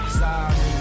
sorry